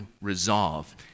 resolve